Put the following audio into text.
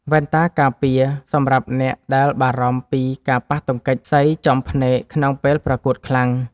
វ៉ែនតាការពារ សម្រាប់អ្នកដែលបារម្ភពីការប៉ះទង្គិចសីចំភ្នែកក្នុងពេលប្រកួតខ្លាំង។